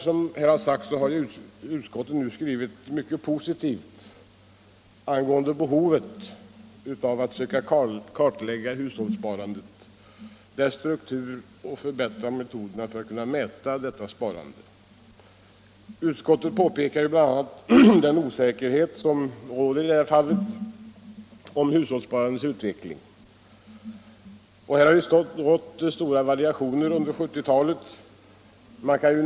Nu har utskottet, som här har sagts, skrivit mycket positivt angående behovet av att söka kartlägga hushållssparandets struktur och förbättra metoderna för att mäta detta sparande. Utskottet påpekar bl.a. att det råder osäkerhet om hushållssparandets utveckling. Här har det förekommit stora variationer under 1970-talet.